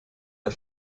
der